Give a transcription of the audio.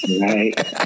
Right